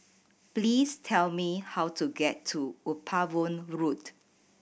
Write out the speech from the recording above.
please tell me how to get to Upavon Road